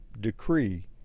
decree